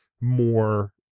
more